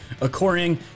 according